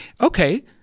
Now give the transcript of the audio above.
Okay